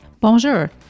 Bonjour